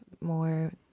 more